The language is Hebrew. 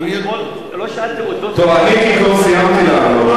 אני כעיקרון סיימתי לענות,